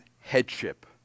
headship